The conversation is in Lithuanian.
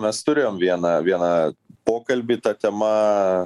mes turėjom vieną vieną pokalbį ta tema